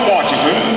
Washington